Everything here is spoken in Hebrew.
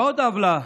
ועוד עוולה